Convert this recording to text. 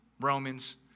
Romans